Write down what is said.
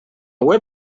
web